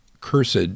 Cursed